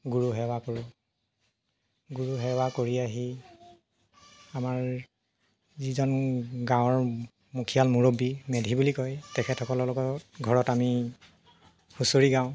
গুৰু সেৱা কৰো গুৰু সেৱা কৰি আহি আমাৰ যিজন গাঁৱৰ মুখিয়াল মুৰব্বী মেধি বুলি কয় তেখেতসকলৰ লগত ঘৰত আমি হুঁচৰি গাওঁ